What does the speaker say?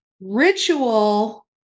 Ritual